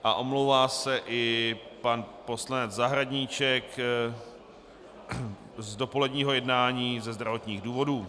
A omlouvá se i pan poslanec Zahradníček z dopoledního jednání ze zdravotních důvodů.